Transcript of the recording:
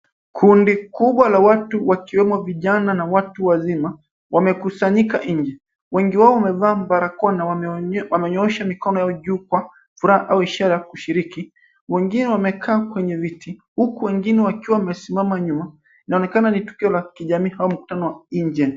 Kundi kubwa la watu wakiwemo vijana na watu wazima wamkusanyika nje wengi wao wamevaa barakoa na wamenyoosha mikono yao juu kwa furaha au ishara ya kushiriki wengine wamekaa kwenye viti huku wengine wakiwa wamesimama nyuma inaonekana ni tukio la kijamii au mkutano wa engen